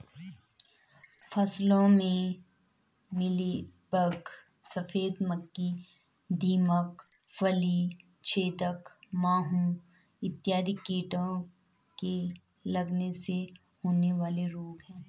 फसलों में मिलीबग, सफेद मक्खी, दीमक, फली छेदक माहू इत्यादि कीटों के लगने से होने वाले रोग हैं